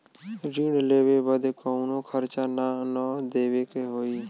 ऋण लेवे बदे कउनो खर्चा ना न देवे के होई?